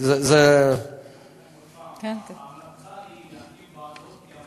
ההמלצה היא להקים ועדות,